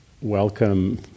welcome